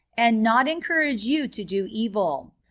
and not encourage you to do evil.